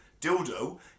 dildo